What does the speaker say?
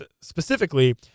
specifically